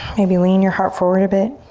maybe lean your heart forward a bit.